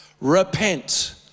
repent